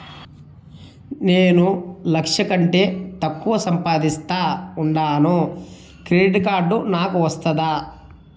నేను లక్ష కంటే తక్కువ సంపాదిస్తా ఉండాను క్రెడిట్ కార్డు నాకు వస్తాదా